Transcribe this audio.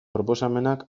proposamenak